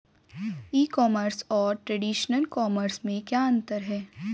ई commerce और traditional commerce में क्या अंतर है?